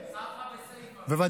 צריך ספרא וסייפא, אתה יודע.